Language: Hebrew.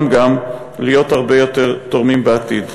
אותם להיות הרבה יותר תורמים בעתיד.